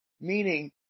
meaning